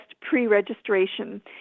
pre-registration